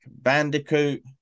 Bandicoot